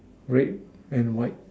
red and white